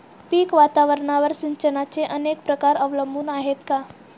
पीक वातावरणावर सिंचनाचे अनेक प्रकार अवलंबून आहेत का?